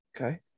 Okay